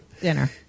dinner